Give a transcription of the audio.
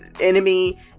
enemy